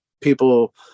people